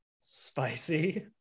Spicy